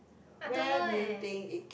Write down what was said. I don't know eh